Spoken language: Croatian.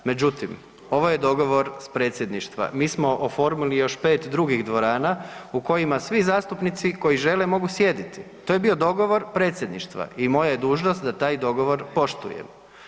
Međutim, ovo je dogovor s predsjedništva, mi smo oformili još 5 drugih dvorana u kojima svi zastupnici koji žele mogu sjediti, to je bio dogovor predsjedništva i mora je dužnost da taj dogovor poštujem.